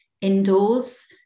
indoors